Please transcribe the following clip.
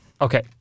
Okay